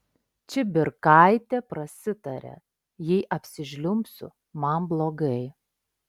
čibirkaitė prasitarė jei apsižliumbsiu man blogai